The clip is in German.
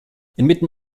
inmitten